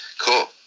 Cool